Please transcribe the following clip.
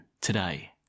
today